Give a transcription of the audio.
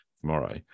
tomorrow